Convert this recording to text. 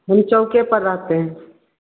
यही चौके पर रहते हैं